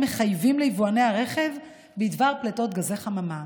מחייבים ליבואני הרכב בדבר פליטות גזי חממה.